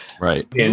Right